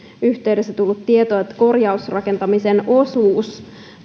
yhteydessä tullut tieto että kun korjausrakentamisen osuus